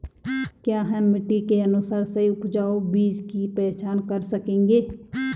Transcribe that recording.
क्या हम मिट्टी के अनुसार सही उपजाऊ बीज की पहचान कर सकेंगे?